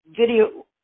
video